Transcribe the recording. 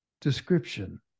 description